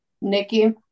Nikki